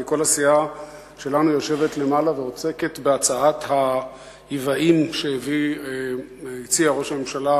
כי כל הסיעה שלנו יושבת למעלה ועוסקת בהצעת העוועים שהציע ראש הממשלה